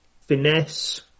finesse